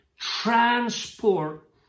transport